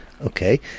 Okay